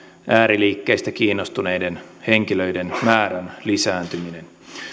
ääriliikkeistä kiinnostuneiden henkilöiden määrän lisääntyminen